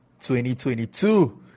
2022